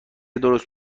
درست